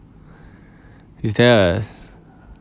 is there a